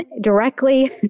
directly